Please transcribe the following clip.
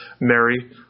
mary